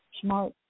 smart